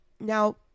now